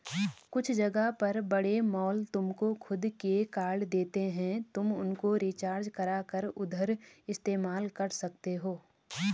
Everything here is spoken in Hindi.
कुछ जगह पर बड़े मॉल तुमको खुद के कार्ड देते हैं तुम उनको रिचार्ज करा कर उधर इस्तेमाल कर सकते हो